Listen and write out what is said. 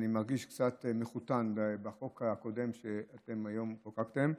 אני מרגיש קצת מחותן בחוק הקודם שאתן היום חוקקתן.